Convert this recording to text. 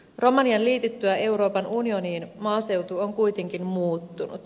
romanian liityttyä euroopan unioniin maaseutu on kuitenkin muuttunut